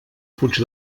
fuig